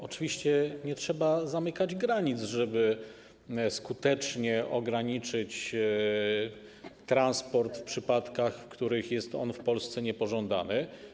Oczywiście nie trzeba zamykać granic, żeby skutecznie ograniczyć transport w przypadkach, w których jest on w Polsce niepożądany.